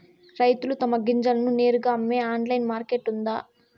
రైతులు తమ గింజలను నేరుగా అమ్మే ఆన్లైన్ మార్కెట్ ఉందా?